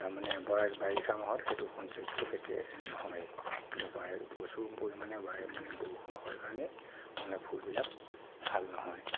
তাৰমানে বৰাক বাৰিযা মাহত সেইটো সৌন্দৰ্য কেতিয়াও নহয় প্ৰচুৰ পৰিমাণে মানে বৰষুণ হয় কাৰণে মানে ফুলবিলাক ভাল নহয়